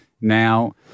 Now